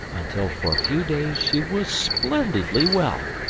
until for a few days she was splendidly well.